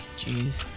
Jeez